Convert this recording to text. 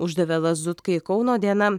uždavė lazutkai kauno diena